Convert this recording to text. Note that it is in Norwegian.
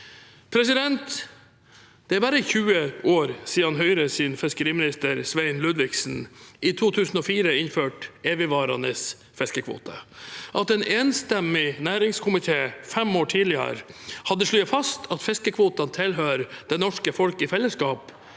forskrifter. Det er bare 20 år siden Høyres fiskeriminister Svein Ludvigsen i 2004 innførte evigvarende fiskekvoter. At en enstemmig næringskomité fem år tidligere hadde slått fast at fiskekvotene tilhører det norske folk i fellesskap